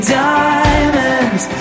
diamonds